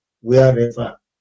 wherever